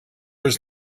was